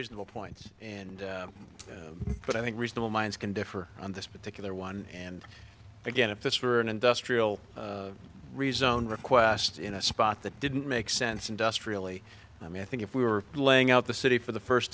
reasonable points and but i think reasonable minds can differ on this particular one and again if this were an industrial rezone request in a spot that didn't make sense industrially i mean i think if we were laying out the city for the first